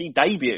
debut